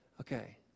Okay